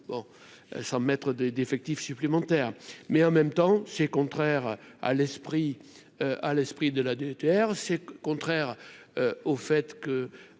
sang, maître des d'effectifs supplémentaires, mais en même temps c'est contraire à l'esprit à l'esprit de la DETR c'est contraire au fait que